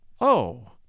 Oh